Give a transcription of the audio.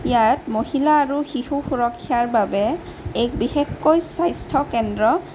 ইয়াত মহিলা আৰু শিশু সুৰক্ষাৰ বাবে এক বিশেষকৈ স্বাস্থ্যকেন্দ্ৰ